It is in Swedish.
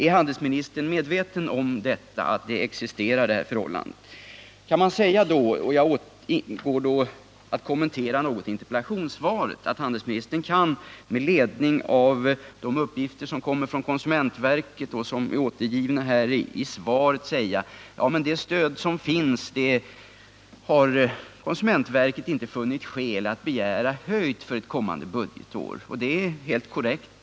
Är handelsministern medveten om att detta förhållande existerar? Jag återgår till att något kommentera interpellationssvaret. Handelsministern säger där att konsumentverket i sin anslagsframställning föreslagit att berört anslag skall vara oförändrat under nästa budgetår. Det är helt korrekt.